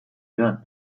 joan